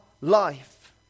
life